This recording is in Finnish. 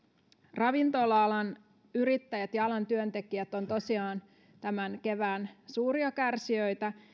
ravintola alan yrittäjät ja alan työntekijät ovat tosiaan tämän kevään suuria kärsijöitä